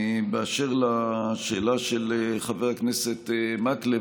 באשר לשאלה של חבר הכנסת מקלב,